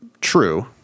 true